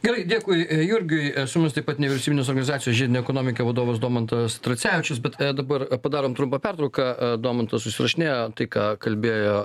gerai dėkui jurgiui e su mumis taip pat neprisimenus organizacijos žiedinę ekonomiką vadovas domantas tracevičius bet dabar padarom trumpą pertrauką a domantas susirašinėja tai ką kalbėjo